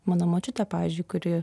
mano močiutė pavyzdžiui kuri